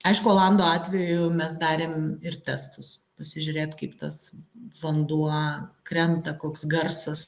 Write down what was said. aišku olando atveju mes darėm ir testus pasižiūrėt kaip tas vanduo krenta koks garsas